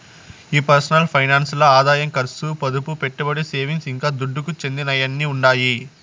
ఈ personal finance ల్ల ఆదాయం కర్సు, పొదుపు, పెట్టుబడి, సేవింగ్స్, ఇంకా దుడ్డుకు చెందినయ్యన్నీ ఉండాయి